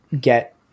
get